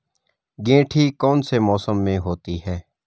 गेंठी कौन से मौसम में होती है?